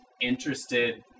interested